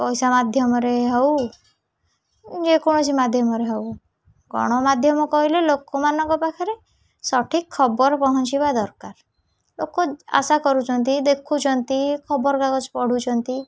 ପଇସା ମାଧ୍ୟମରେ ହଉ ଯେକୌଣସି ମାଧ୍ୟମରେ ହଉ ଗଣମାଧ୍ୟମ କହିଲେ ଲୋକମାନଙ୍କ ପାଖରେ ସଠିକ ଖବର ପହଞ୍ଚିବା ଦରକାର ଲୋକ ଆଶା କରୁଛନ୍ତି ଦେଖୁଛନ୍ତି ଖବରକାଗଜ ପଢ଼ୁଛନ୍ତି